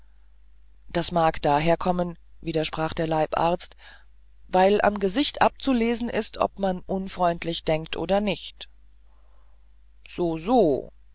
das mag daher kommen widersprach der leibarzt weil am gesicht abzulesen ist ob man unfreundlich denkt oder nicht soso das